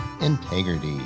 integrity